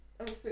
Okay